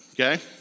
okay